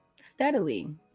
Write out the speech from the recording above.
steadily